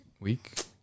week